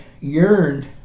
yearned